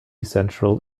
central